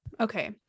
Okay